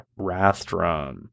Rathdrum